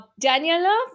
Daniela